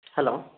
hello